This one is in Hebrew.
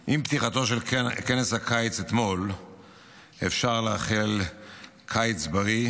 עם פתיחתו של כנס הקיץ אתמול אפשר לאחל קיץ בריא,